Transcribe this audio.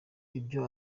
ibyo